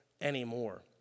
anymore